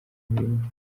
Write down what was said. n’ibindi